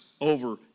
over